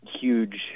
huge